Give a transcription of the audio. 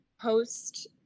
post